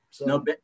No